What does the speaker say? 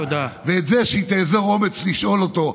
ואת זה שהיא תאזור אומץ לשאול אותו.